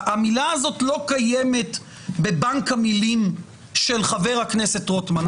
המילה הזאת לא קיימת בבנק המילים של חבר הכנסת רוטמן.